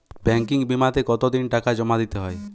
Banking বিমাতে কত দিন টাকা জমা দিতে হয়?